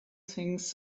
things